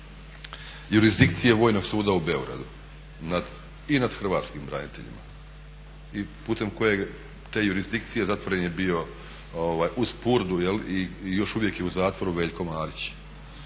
jurisdikcije vojnog suda u Beogradu i nad hrvatskim braniteljima. I putem koje, te jurizdikcije zatvoren je bio uz Purdu i još uvijek je u zatvoru Veljko Marić.